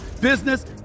business